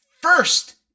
first